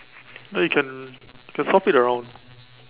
no you can you can swap it around